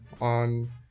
on